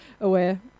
aware